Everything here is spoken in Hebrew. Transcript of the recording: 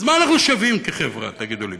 אז מה אנחנו שווים כחברה, תגידו לי?